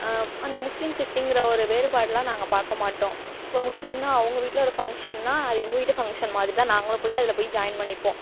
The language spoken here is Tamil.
அந்த முஸ்லீம் கிறிஸ்டின்ங்கிற ஒரு வேறுபாடெலாம் நாங்கள் பார்க்கமாட்டோம் இப்போ முஸ்லீம்னால் அவங்க வீட்டில ஒரு ஃபங்க்ஷன்னால் அது எங்கள் வீட்டு ஃபங்க்ஷன் மாதிரிதான் நாங்களும் போய் அதில் போய் ஜாயின் பண்ணிப்போம்